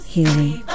Healing